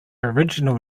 original